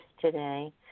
today